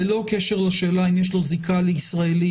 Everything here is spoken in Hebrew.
ללא קשר לשאלה אם יש לו זיקה לישראלי,